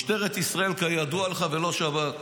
משטרת ישראל כידוע לך ולא שב"כ.